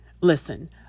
Listen